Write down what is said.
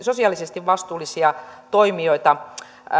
sosiaalisesti vastuullisia toimijoita